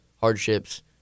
hardships